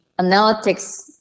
Analytics